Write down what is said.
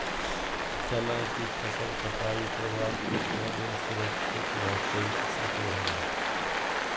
चना की फसल कटाई के बाद कितना दिन सुरक्षित रहतई सको हय?